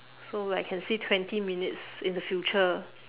so I can see twenty minutes in the future